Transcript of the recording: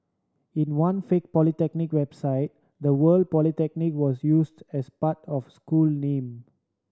in one fake polytechnic website the word Polytechnic was used as part of school name